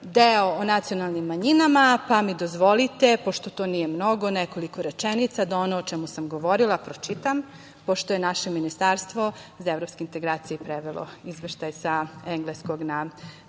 deo o nacionalnim manjinama, pa mi dozvolite, pošto to nije mnogo, nekoliko rečenica, da ono o čemu sam govorila pročitam, pošto je naše Ministarstvo za evropske integracije prevelo Izveštaj, sa engleskog na